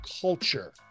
culture